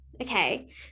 okay